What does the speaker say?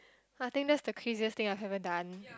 I think that is the craziest thing I have ever done